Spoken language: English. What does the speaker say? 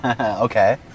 Okay